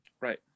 Right